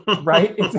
Right